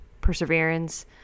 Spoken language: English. perseverance